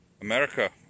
America